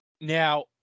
Now